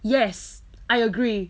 yes I agree